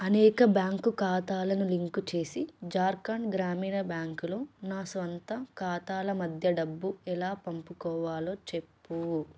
అనేక బ్యాంకు ఖాతాలను లింకు చేసి ఝార్ఖండ్ గ్రామీణ బ్యాంక్లో నా స్వంత ఖాతాల మధ్య డబ్బు ఎలా పంపుకోవాలో చెప్పు